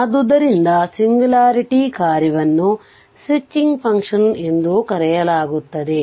ಆದ್ದರಿಂದ ಸಿಂಗ್ಯುಲಾರಿಟಿ ಕಾರ್ಯವನ್ನು switching function ಎಂದೂ ಕರೆಯಲಾಗುತ್ತದೆ